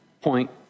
point